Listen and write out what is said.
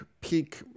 peak